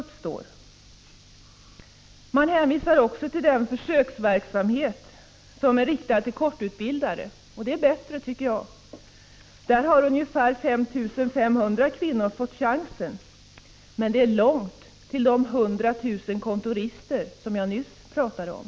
Utskottet hänvisar också till den försöksverksamhet som är riktad till kortutbildade, och det är bra. Där har ungefär 5 500 kvinnor fått chansen. Men det är långt till de 100 000 kontorister som jag nyss talade om.